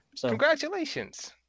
Congratulations